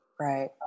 Right